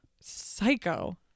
Psycho